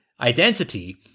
identity